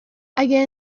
اگر